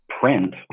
print